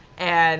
and